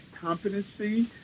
competency